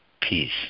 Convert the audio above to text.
peace